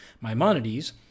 Maimonides